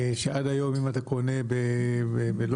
אם אתה קונה לא